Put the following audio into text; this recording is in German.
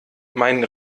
mein